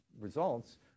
results